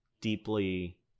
deeply